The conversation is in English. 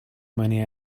many